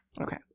Okay